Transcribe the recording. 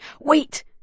Wait